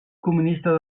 comunista